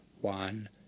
one